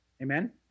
Amen